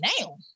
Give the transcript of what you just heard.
now